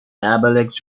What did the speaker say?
obelisk